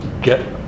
get